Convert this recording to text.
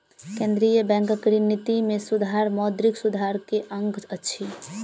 केंद्रीय बैंकक ऋण निति में सुधार मौद्रिक सुधार के अंग अछि